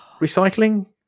recycling